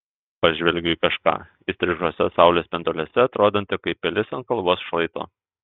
pažvelgiu į kažką įstrižuose saulės spinduliuose atrodantį kaip pilis ant kalvos šlaito